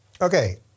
Okay